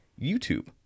YouTube